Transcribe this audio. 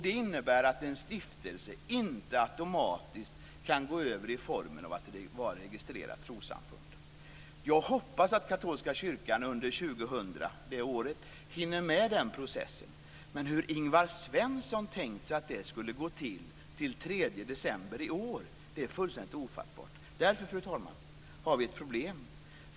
Det innebär att en stiftelse inte automatiskt kan gå över i formen registrerat trossamfund. Jag hoppas att katolska kyrkan under år 2000 hinner med den processen. Men hur Ingvar Svensson har tänkt sig att det ska gå till före den 3 december i år är fullständigt ofattbart. Därför, fru talman, har vi ett problem.